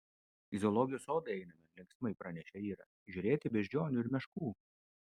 į zoologijos sodą einame linksmai pranešė ira žiūrėti beždžionių ir meškų